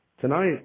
Tonight